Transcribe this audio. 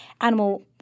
animal